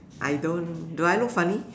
I don't do I look funny